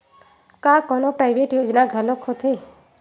का कोनो प्राइवेट योजना घलोक होथे?